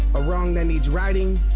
a wrong that needs righting,